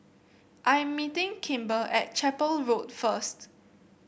I am meeting Kimber at Chapel Road first